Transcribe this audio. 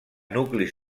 nuclis